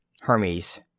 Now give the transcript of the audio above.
Hermes